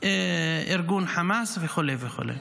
ארגון חמאס וכו' וכו'.